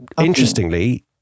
interestingly